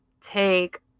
take